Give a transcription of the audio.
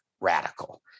radical